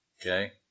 Okay